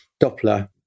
Doppler